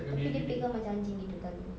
tapi dia pegang macam anjing itu talinya